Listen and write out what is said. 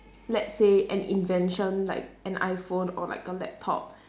let's say an invention like an iphone or like a laptop